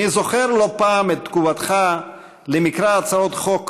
אני זוכר לא פעם את תגובתך למקרא הצעות חוק